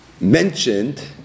mentioned